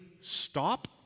stop